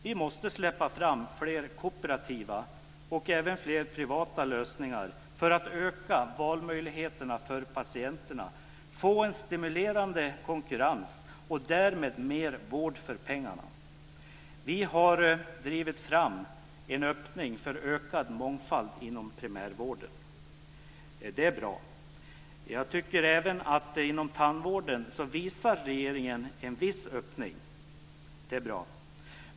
Vi måste släppa fram fler kooperativa och även fler privata lösningar för att öka valmöjligheterna för patienterna och för att få en stimulerande konkurrens och därmed mer vård för pengarna. Vi har drivit fram en öppning för ökad mångfald inom primärvården, och det är bra. Jag tycker att regeringen även inom tandvårdsområdet visar en viss öppning. Det är också bra.